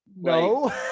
No